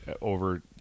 over